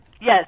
Yes